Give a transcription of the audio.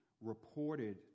reported